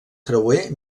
creuer